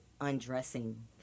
undressing